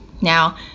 Now